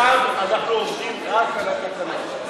שם אנחנו עובדים רק על התקנות.